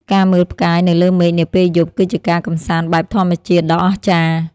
ការមើលផ្កាយនៅលើមេឃនាពេលយប់ គឺជាការកម្សាន្តបែបធម្មជាតិដ៏អស្ចារ្យ។